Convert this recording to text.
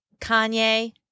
Kanye